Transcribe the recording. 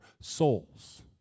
souls